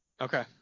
Okay